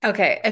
Okay